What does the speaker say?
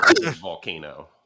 Volcano